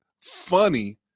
funny